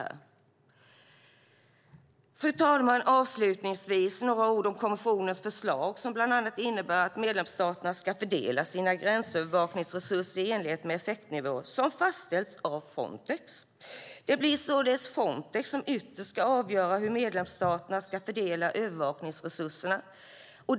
Fru talman! Avslutningsvis ska jag säga några ord om kommissionens förslag som bland annat innebär att medlemsstaterna ska fördela sina gränsövervakningsresurser i enlighet med effektnivåer som fastställs av Frontex. Det blir således Frontex som ytterst ska avgöra hur medlemsstaterna ska fördela övervakningsresurserna.